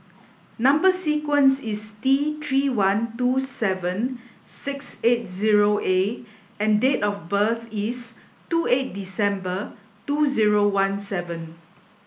number sequence is T three one two seven six eight zero A and date of birth is two eight December two zero one seven